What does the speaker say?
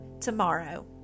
tomorrow